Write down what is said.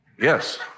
Yes